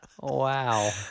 Wow